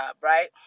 right